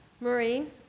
Marine